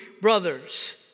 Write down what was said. brothers